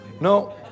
No